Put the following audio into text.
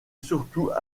surtout